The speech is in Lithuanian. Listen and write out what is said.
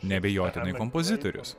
neabejotinai kompozitorius